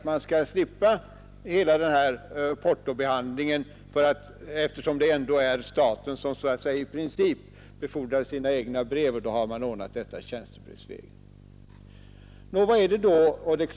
Man slipper portobehandlingen, eftersom det ändå är staten som i princip befordrar sina egna brev, och ordnar detta tjänstebrevsvägen.